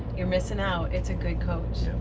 you're missing out it's a good coach!